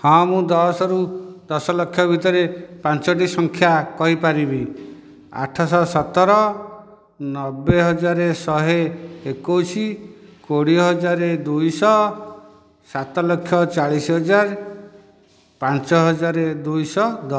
ହଁ ମୁଁ ଦଶ ରୁ ଦଶ ଲକ୍ଷ ଭିତରେ ପାଞ୍ଚଟି ସଂଖ୍ୟା କହିପାରିବି ଆଠଶହ ସତର ନବେ ହଜାର ଶହେ ଏକୋଇଶି କୋଡ଼ିଏ ହଜାର ଦୁଇଶହ ସାତ ଲକ୍ଷ ଚାଳିଶ ହଜାର ପାଞ୍ଚ ହଜାର ଦୁଇଶହ ଦ